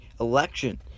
election